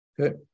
Okay